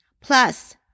Plus